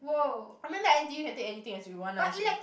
I mean like n_t_u can take anything as you want lah as in